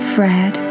Fred